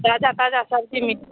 ताजा ताजा सब्जी मिलत